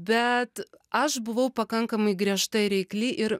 bet aš buvau pakankamai griežta ir reikli ir